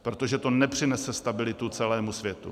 Protože to nepřinese stabilitu celému světu.